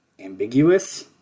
ambiguous